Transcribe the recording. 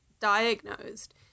diagnosed